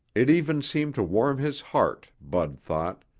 it even seemed to warm his heart, bud thought,